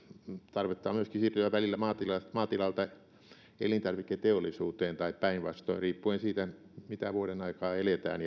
tarvetta on myöskin siirtyä välillä maatilalta elintarviketeollisuuteen tai päinvastoin riippuen siitä mitä vuodenaikaa eletään